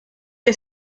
que